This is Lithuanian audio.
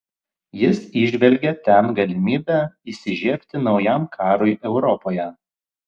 jis įžvelgė ten galimybę įsižiebti naujam karui europoje